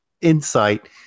insight